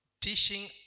teaching